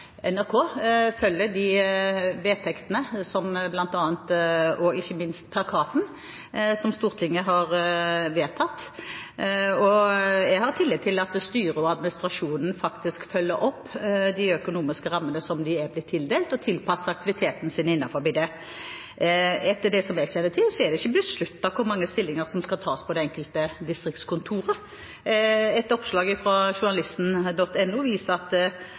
NRK følger de vedtektene – og ikke minst plakaten – som Stortinget har vedtatt. Jeg har tillit til at styret og administrasjonen faktisk følger opp de økonomiske rammene som de er blitt tildelt, og tilpasser aktiviteten sin til det. Etter det jeg kjenner til, er det ikke besluttet hvor mange stillinger som skal tas på det enkelte distriktskontor. Et oppslag på journalisten.no viser at